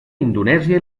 indonèsia